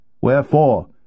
Wherefore